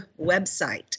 website